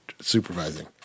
supervising